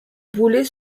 boulets